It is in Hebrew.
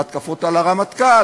וההתקפות על הרמטכ"ל,